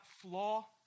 flaw